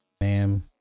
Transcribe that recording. ma'am